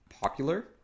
popular